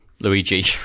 Luigi